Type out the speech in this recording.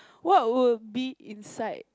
what would be inside